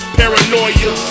paranoia